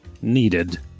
Needed